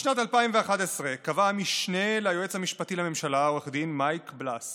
בשנת 2011 קבע המשנה ליועץ המשפטי לממשלה עו"ד מייק בלס